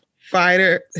fighter